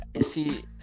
see